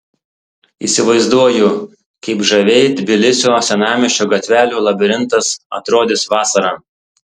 įsivaizduoju kaip žaviai tbilisio senamiesčio gatvelių labirintas atrodys vasarą